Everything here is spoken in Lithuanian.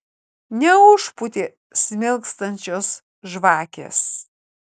neužpūtė smilkstančios žvakės